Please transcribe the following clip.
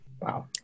Wow